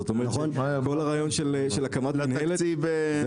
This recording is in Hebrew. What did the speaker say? זאת אומרת שכל הרעיון של הקמת מנהלת זה